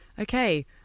Okay